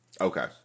Okay